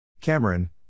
Cameron